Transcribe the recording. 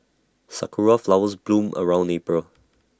Sakura Flowers bloom around April